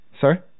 Sorry